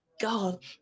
God